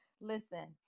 listen